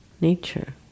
nature